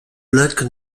lac